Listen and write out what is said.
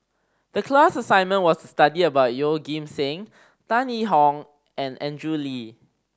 the class assignment was study about Yeoh Ghim Seng Tan Yee Hong and Andrew Lee